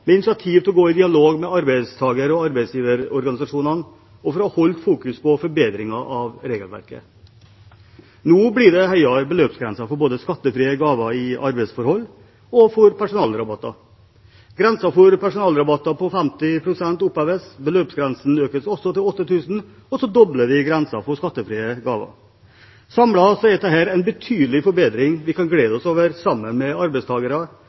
med initiativ til å gå i dialog med arbeidstaker- og arbeidsgiverorganisasjonene, og som holdt fokuset på forbedringer av regelverket. Nå blir det høyere beløpsgrenser både for skattefrie gaver i arbeidsforhold og for personalrabatter. Grensen for personalrabatter på 50 pst. oppheves, beløpsgrensen økes til 8 000 kr, og vi dobler grensen for skattefrie gaver. Samlet er dette en betydelig forbedring vi kan glede oss over sammen med